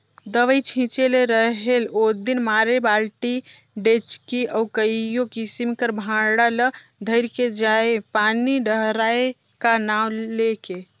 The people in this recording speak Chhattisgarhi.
दवई छिंचे ले रहेल ओदिन मारे बालटी, डेचकी अउ कइयो किसिम कर भांड़ा ल धइर के जाएं पानी डहराए का नांव ले के